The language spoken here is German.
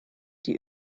die